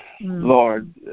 Lord